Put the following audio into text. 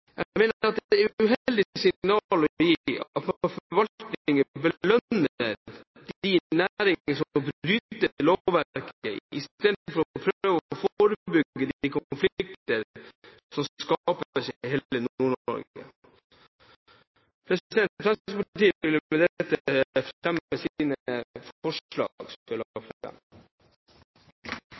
mener at det er et uheldig signal å gi at man i forvaltningen belønner de næringer som bryter lovverket i stedet for å prøve å forebygge de konflikter som skapes i hele Nord-Norge. Jeg vil med dette fremme de forslag som